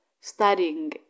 studying